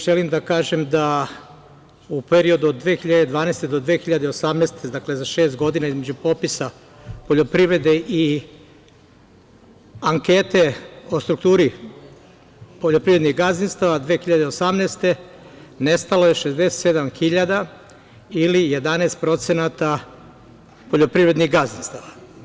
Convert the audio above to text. Želim da kažem da u periodu od 2012. godine do 2018. godine, za šest godina, između popisa poljoprivrede i ankete o strukturi poljoprivrednih gazdinstava 2018. godine nestalo je 67 hiljada ili 11% poljoprivrednih gazdinstava.